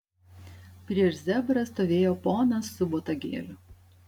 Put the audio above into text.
prieš zebrą stovėjo ponas su botagėliu